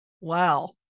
Wow